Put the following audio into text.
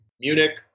Munich